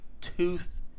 tooth